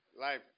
life